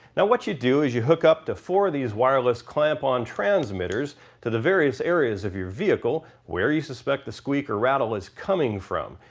now what you do is you hook up to four of these wireless clamp on transmitters to the various areas of your vehicle where you suspect the squeak or rattle is coming from.